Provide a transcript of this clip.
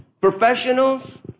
professionals